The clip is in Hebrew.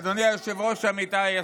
אדוני היושב-ראש, עמיתיי השרים,